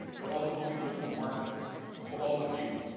but also how we build for marketers, for all of you.